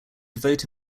devote